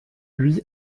lui